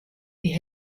die